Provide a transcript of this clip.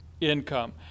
income